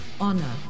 honor